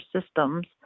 systems